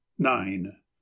nine